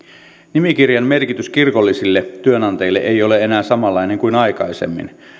nimikirjan merkitys kirkollisille työnantajille ei ole enää samanlainen kuin aikaisemmin